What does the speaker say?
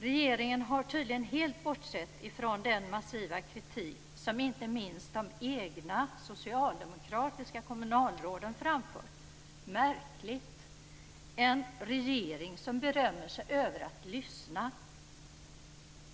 Regeringen har tydligen helt bortsett ifrån den massiva kritik som inte minst de egna socialdemokratiska kommunalråden framfört. Det är märkligt. Detta är ju en regering som berömmer sig av att lyssna.